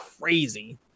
crazy